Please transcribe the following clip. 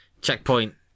checkpoint